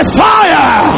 fire